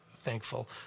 thankful